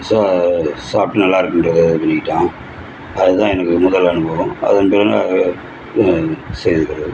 சா சாப்பிட்டு நல்ல இருக்குகின்றத இது பண்ணிக்கிட்டான் அது தான் எனக்கு முதல் அனுபவம் அதன் பிறகு ஒன்றும் செய்தது கிடையாது